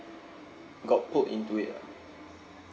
got pulled into it ah